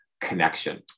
connection